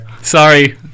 Sorry